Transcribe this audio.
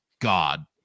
God